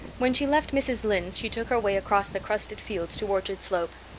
when she left mrs. lynde's she took her way across the crusted fields to orchard slope.